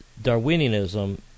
Darwinianism